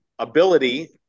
Ability